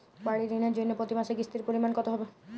বাড়ীর ঋণের জন্য প্রতি মাসের কিস্তির পরিমাণ কত হবে?